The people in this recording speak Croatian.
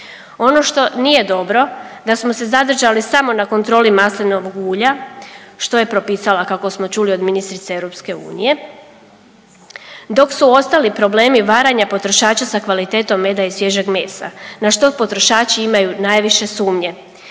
Ono što nije dobro da smo se zadržali samo na kontroli maslinovog ulja što je propisala kako smo čuli od ministrice EU, dok su ostali problemi varanja potrošača sa kvalitetom meda i svježeg mesa, na što potrošači imaju najviše sumnje.